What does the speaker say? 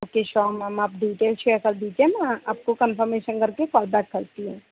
okay sure ma'am आप detail share कर दीजिए मैं आपको कंफ़मेशन करके कॉल बैक करती हूँ